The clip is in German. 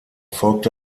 folgte